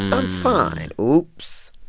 i'm fine. oops,